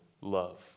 love